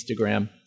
Instagram